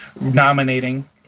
nominating